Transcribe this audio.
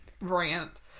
rant